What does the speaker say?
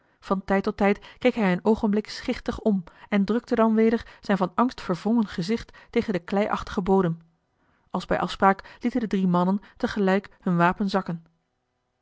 van tijd tot tijd keek hij een oogenblik schichtig om en drukte dan weder zijn van angst verwrongen gezicht tegen den kleiachtigen bodem als bij afspraak lieten de drie mannen tegelijk hun wapen zakken